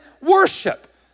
worship